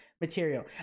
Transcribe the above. material